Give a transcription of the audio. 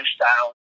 lifestyle